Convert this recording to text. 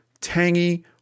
tangy